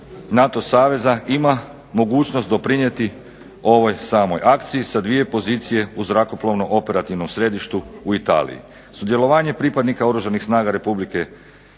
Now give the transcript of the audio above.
NATO saveza ima mogućnost doprinijeti ovoj samoj akciji sa dvije pozicije u zrakoplovno-operativnom središtu u Italiji. Sudjelovanje pripadnika Oružanih snaga Republike